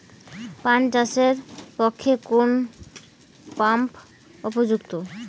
পান চাষের পক্ষে কোন পাম্প উপযুক্ত?